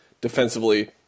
defensively